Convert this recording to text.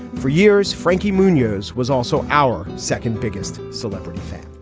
for years frankie munoz was also our second biggest celebrity fan.